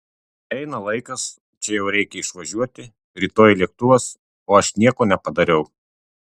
eina laikas čia jau reikia išvažiuoti rytoj lėktuvas o aš nieko nepadariau